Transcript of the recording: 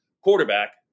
quarterback